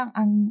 ang